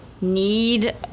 Need